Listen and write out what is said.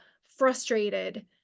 frustrated